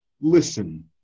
listen